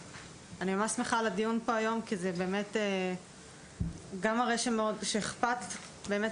אני ממש שמחה על הדיון פה היום כי זה גם מראה שאכפת באמת